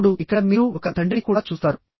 ఇప్పుడు ఇక్కడ మీరు ఒక తండ్రిని కూడా చూస్తారు